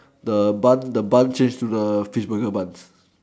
the bun the bun change to the the fish burger bun